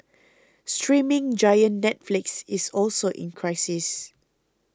streaming giant Netflix is also in crisis